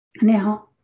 Now